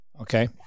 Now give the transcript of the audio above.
okay